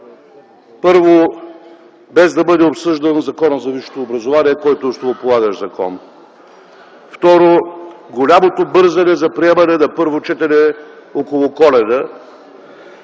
Първо, без да бъде обсъждан Законът за висшето образование, който е основополагащ закон. Второ, голямото бързане за приемане на първо четене около Коледа.